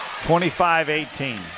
25-18